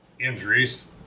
Injuries